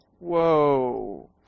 Whoa